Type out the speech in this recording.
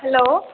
hello